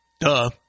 Duh